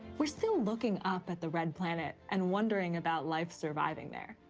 we're still looking up at the red planet and wondering about life surviving there.